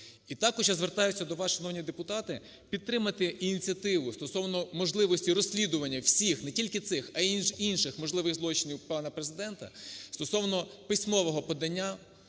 І також я звертаюсь до вас, шановні депутати, підтримати ініціативу стосовно можливості розслідування всіх, не тільки цих, а інших, можливих злочинів, пана Президента, стосовно письмового подання.